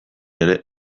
ere